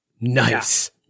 Nice